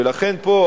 ולכן פה,